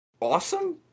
awesome